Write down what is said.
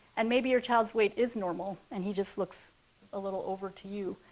and maybe your child's weight is normal, and he just looks a little over to you.